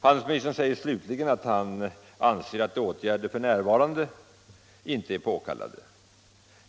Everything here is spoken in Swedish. Handelsministern säger slutligen att han anser att några åtgärder f. n. inte är påkallade.